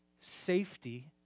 safety